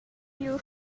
heel